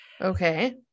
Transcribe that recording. Okay